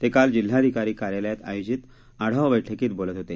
ते काल जिल्हाधिकारी कार्यालयात आयोजित आढावा बैठकीत बोलत होते